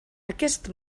aquest